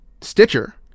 Stitcher